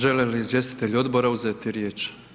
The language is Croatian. Želi li izvjestitelji odbora uzeti riječ?